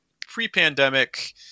pre-pandemic